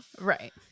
Right